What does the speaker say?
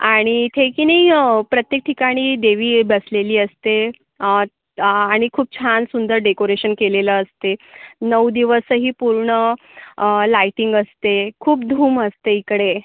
आणि इथे की नाही प्रत्येक ठिकाणी देवी बसलेली असते आणि खूप छान सुंदर डेकोरेशन केलेलं असते नऊ दिवस ही पूर्ण लायटिंग असते खूप धूम असते हिकडे